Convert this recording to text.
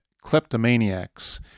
Kleptomaniacs